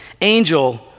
angel